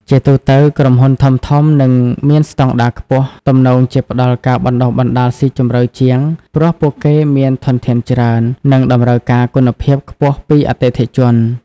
ជាទូទៅ ក្រុមហ៊ុនធំៗ និងមានស្តង់ដារខ្ពស់ ទំនងជាផ្តល់ការបណ្តុះបណ្តាលស៊ីជម្រៅជាង ព្រោះពួកគេមានធនធានច្រើន និងតម្រូវការគុណភាពខ្ពស់ពីអតិថិជន។